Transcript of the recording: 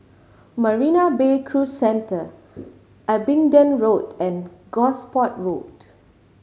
Marina Bay Cruise Centre Abingdon Road and Gosport Road